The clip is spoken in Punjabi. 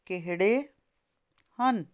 ਕਿਹੜੇ ਹਨ